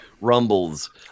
rumbles